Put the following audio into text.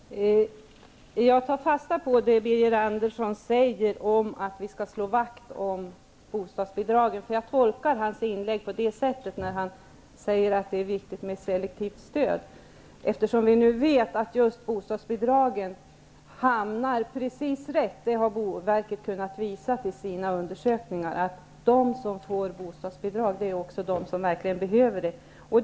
Herr talman! Jag tar fasta på att Birger Andersson anser att man skall slå vakt om bostadsbidraget. Jag tolkar hans inlägg på det sättet när han säger att det är viktigt med ett selektivt stöd, eftersom boverket har kunnat visa att bostadsbidragen hamnar precis rätt, dvs. hos dem som verkligen behöver bostadsbidrag.